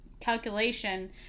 calculation